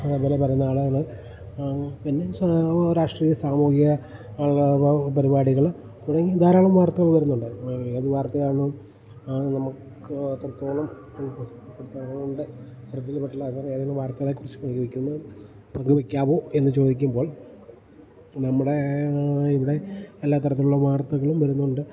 അതേപോലെ പറയുന്ന ആളുകൾ പിന്നെ സ രാഷ്ട്രീയ സാമൂഹിക പരിപാടികൾ തുടങ്ങി ധാരാളം വാർത്തകൾ വരുന്നുണ്ടായിരുന്നു ഏത് വാർത്തയാണ് നമുക്ക് എത്രത്തോളം പ്രത്യേകതകളുണ്ട് ശ്രദ്ധയിൽ പെട്ടില്ല അന്നേരം ഏതേലും വാർത്തകളെ കുറിച്ച് പ്രയോഗിക്കുന്നു വിക്കാവോ എന്ന് ചോദിക്കുമ്പോൾ നമ്മുടേ ഇവിടെ എല്ലാ തരത്തിലുള്ള വാർത്തകളും വരുന്നുണ്ട്